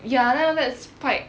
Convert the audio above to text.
ya then after that spike